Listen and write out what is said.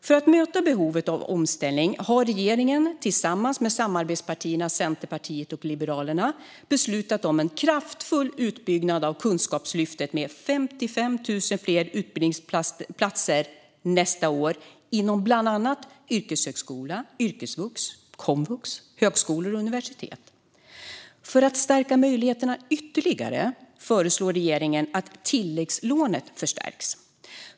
För att möta behovet av omställning har regeringen tillsammans med samarbetspartierna Centerpartiet och Liberalerna beslutat om en kraftfull utbyggnad av Kunskapslyftet med 55 000 fler utbildningsplatser nästa år inom bland annat yrkeshögskolan, yrkesvux, komvux, högskolor och universitet. För att stärka möjligheterna ytterligare föreslår regeringen att tilläggslånet förstärks.